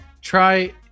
try